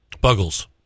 Buggles